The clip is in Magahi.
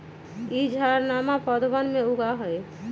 ई झाड़नमा पौधवन में उगा हई